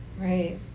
right